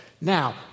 Now